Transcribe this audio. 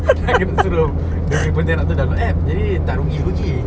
suruh dia punya pontianak itu download app jadi tak rugi-rugi